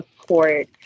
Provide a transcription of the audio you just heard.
support